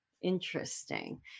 Interesting